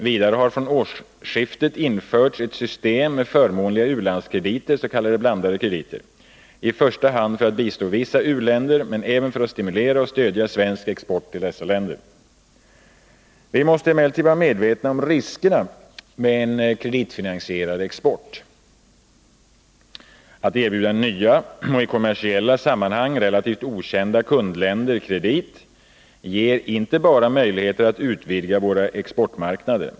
Vidare har från årsskiftet införts ett system med förmånliga u-landskrediter, s.k. blandade krediter, i första hand för att bistå vissa u-länder men även för att stimulera och stödja svensk export till dessa länder. Vi måste emellertid vara medvetna om riskerna med en kreditfinansierad export. Att erbjuda nya och i kommersiella sammanhang relativt okända kundländer kredit ger inte bara möjligheter att utvidga våra exportmarknader.